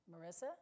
Marissa